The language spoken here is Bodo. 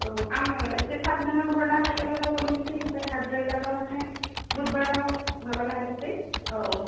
औ आङो एसे थाबनो हरनो हायोब्लालाय हरनोसै ओमफ्राय हाद्रायलाब्ला माने बुधबाराव माबाना होनोसै औ